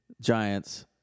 Giants